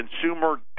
consumer